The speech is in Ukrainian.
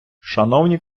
шановні